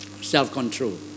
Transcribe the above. Self-control